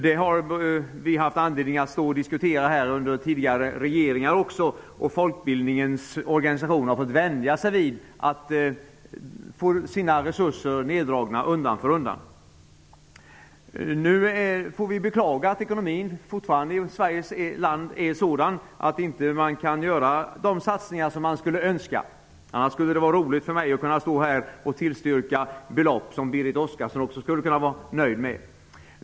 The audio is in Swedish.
Det har vi haft anledning att diskutera även under tidigare regeringar. Folkbildningens organisation har fått vänja sig vid att få sina resurser neddragna. Vi får beklaga att ekonomin fortfarande i Sveriges land är sådan att man inte kan göra de satsningar som man skulle önska. Det skulle vara roligt för mig att kunna stå här och tillstyrka förslag till belopp som också Berit Oscarsson skulle kunna vara nöjd med.